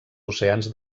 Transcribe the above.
oceans